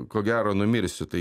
ko gero numirsiu tai